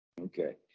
Okay